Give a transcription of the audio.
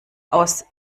aus